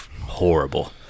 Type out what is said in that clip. horrible